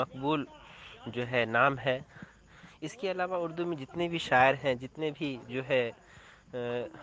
مقبول جو ہے نام ہے اس کے علاوہ اردو میں جتنے بھی شاعر ہے جتنے بھی جو ہے